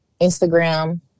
Instagram